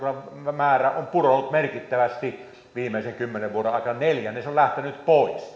määrä on pudonnut merkittävästi viimeisen kymmenen vuoden aikana neljännes on lähtenyt pois